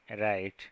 right